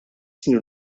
snin